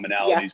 commonalities